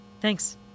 Thanks